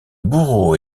bourreau